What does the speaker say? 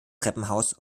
treppenhaus